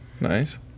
Nice